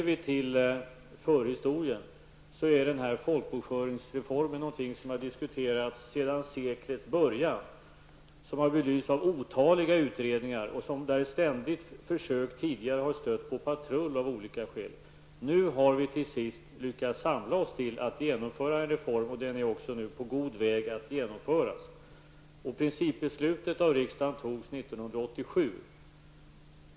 Vad gäller förhistorien är den här folkbokföringsreformen någonting som diskuterats sedan seklets början. Den har belysts av otaliga utredningar, och tidigare försök har ständigt av olika skäl stött på patrull. Nu har vi till sist lyckats samla oss till att genomföra en reform. Den är nu på god väg att genomföras. Principbeslutet fattades i riksdagen 1987.